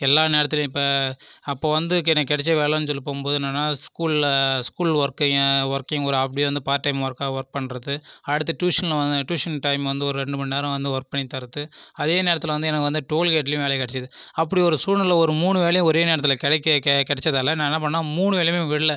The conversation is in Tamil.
எல்லா நேரத்துலயும் இப்போ அப்போ வந்து எனக்கு கிடைச்ச வேலைன்னு சொல்லி போகும்போது என்னென்னா ஸ்கூலில் ஸ்கூல் ஒர்க்கை ஒர்க்கிங் ஒரு ஆஃப் டே வந்து பார்ட் டைம் ஒர்க்காக ஒர்க் பண்ணுறது அடுத்து டியூஷன் டியூஷன் டைம் வந்து ஒரு ரெண்டு மணி நேரம் வந்து ஒர்க் பண்ணித்தர்றது அதே நேரத்தில் வந்து எனக்கு வந்து டோல்கேட்லேயும் வேலை கிடைச்சுது அப்படி ஒரு சூழ்நிலை ஒரு மூணு வேலையும் ஒரே நேரத்தில் கிடைக்க கிடச்சதால நான் என்ன பண்ணேன் மூணு வேலையுமே விடலை